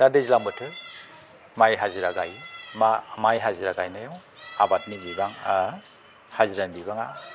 दा दैज्लां बोथोर माइ हाजिरा गायो माइ हाजिरा गायनायाव आबादनि बिबाङा हाजिरानि बिबाङा